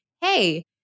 Hey